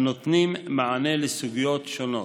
הנותנים מענה לסוגיות שונות: